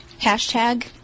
hashtag